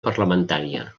parlamentària